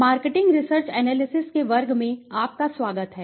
marketing research analysis के वर्ग में आपका स्वागत है